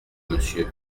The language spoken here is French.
monsieur